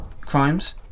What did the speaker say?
crimes